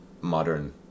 modern